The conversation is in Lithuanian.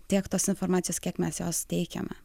tiek tos informacijos kiek mes jos teikiame